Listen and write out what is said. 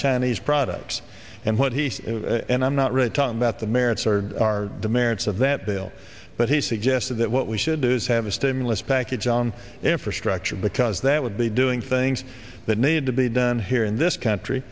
chinese products and what he said and i'm not really talking about the merits or are the merits of that bill but he suggested that what we should do is have a stimulus package on infrastructure because that would be doing things that need to be done here in this country